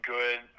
good